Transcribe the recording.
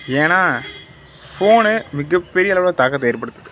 ஏனால் ஃபோனு மிகப்பெரிய அளவில் தாக்கத்தை ஏற்படுத்துது